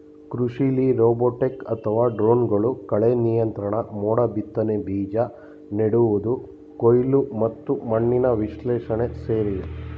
ಕೃಷಿಲಿ ರೋಬೋಟ್ ಅಥವಾ ಡ್ರೋನ್ಗಳು ಕಳೆನಿಯಂತ್ರಣ ಮೋಡಬಿತ್ತನೆ ಬೀಜ ನೆಡುವುದು ಕೊಯ್ಲು ಮತ್ತು ಮಣ್ಣಿನ ವಿಶ್ಲೇಷಣೆ ಸೇರಿವೆ